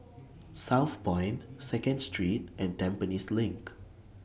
Southpoint Second Street and Tampines LINK